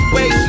Wait